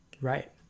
Right